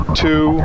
two